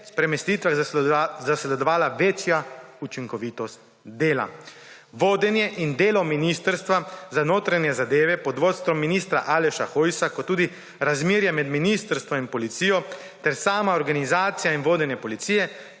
premestitvah zasledovala večja učinkovitost dela. Vodenje in delo Ministrstva za notranje zadeve pod vodstvom ministra Aleša Hojsa kot tudi razmerje med ministrstvom in policijo ter sama organizacija in vodenje policije